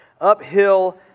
Uphill